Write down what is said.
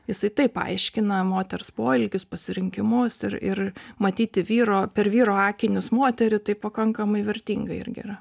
jisai taip paaiškina moters poelgius pasirinkimus ir ir matyti vyro per vyro akinius moterį tai pakankamai vertinga irgi yra